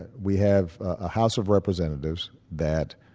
and we have a house of representatives that